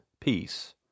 peace